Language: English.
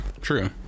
true